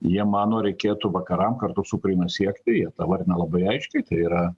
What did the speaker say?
jie mano reikėtų vakaram kartu su ukraina siekti jie tą įvardina labai aiškiai tai yra